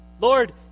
Lord